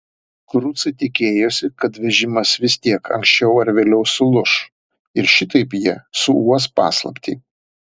kurucai tikėjosi kad vežimas vis tiek anksčiau ar vėliau sulūš ir šitaip jie suuos paslaptį